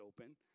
open